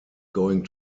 going